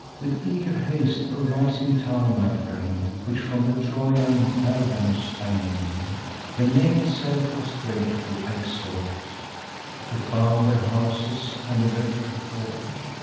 with eager haste a rising town i frame, which from the trojan pergamus i name the name itself was grateful i exhort to found their houses, and erect a fort.